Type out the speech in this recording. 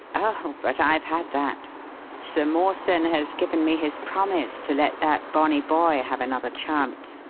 oh, but i've had that sir mawson has given me his promise to let that bonny boy have another chance.